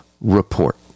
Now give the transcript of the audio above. Report